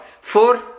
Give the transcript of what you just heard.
four